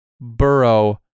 Burrow